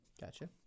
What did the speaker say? gotcha